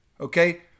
okay